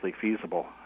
feasible